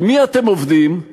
על מי אתם עובדים?//